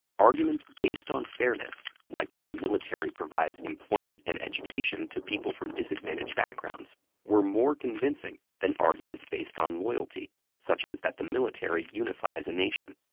arguments based on fairness like that the military provides employment and education to people from disadvantaged backgrounds were more convincing than arguments based on loyalty such as that the military unifies a nation.